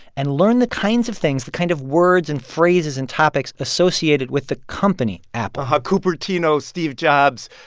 and learn the kinds of things, the kind of words and phrases and topics associated with the company apple ah cupertino, steve jobs,